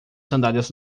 sandálias